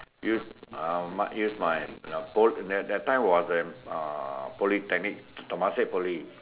use um use um use my pol~ that that time was uh uh Polytechnic Temasek Poly